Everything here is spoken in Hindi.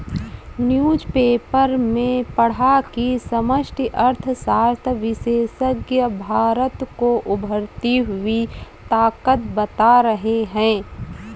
न्यूज़पेपर में पढ़ा की समष्टि अर्थशास्त्र विशेषज्ञ भारत को उभरती हुई ताकत बता रहे हैं